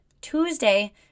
Tuesday